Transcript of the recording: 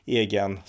egen